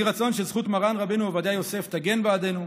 ויהי רצון שזכות מרן רבנו עובדיה יוסף תגן בעדנו,